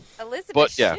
Elizabeth